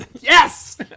Yes